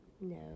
No